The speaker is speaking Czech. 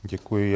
Děkuji.